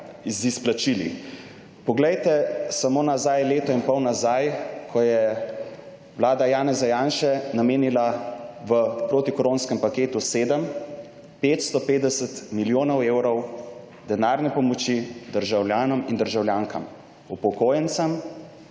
z izplačili. Poglejte samo nazaj leto in pol nazaj, ko je Vlada Janeza Janše namenila v protikoronskem paketu 7 550 milijonov evrov denarne pomoči državljanom in državljankam, upokojencem,